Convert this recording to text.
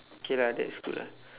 okay lah that's good ah